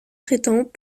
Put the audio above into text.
traitant